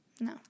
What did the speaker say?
No